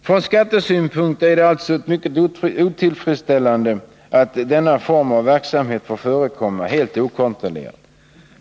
Från skattesynpunkt är det alltså mycket otillfredsställande att denna form av verksamhet får förekomma helt okontrollerat.